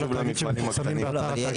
התאגיד ל-2020 ו-2021 שמפורסמים באתר התאגיד,